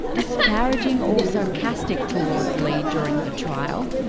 disparaging or sarcastic towards leigh during the trial.